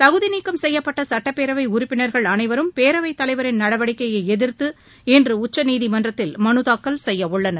தகுதிநீக்கம் செய்யப்பட்ட சட்டப்பேரவை உறுப்பினர்கள் அனைவரும் பேரவை தலைவரின் நடவடிக்கையை எதிர்த்து இன்று உச்சநீதிமன்றத்தில் மனு தாக்கல் செய்யவுள்ளனர்